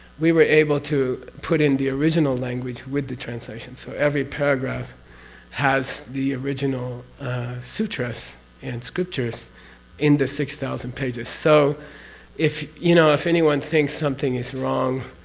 we were able to put in the original language with the translation. so every paragraph has the original sutras and scriptures in the six thousand pages. so if, you know, if anyone thinks something is wrong,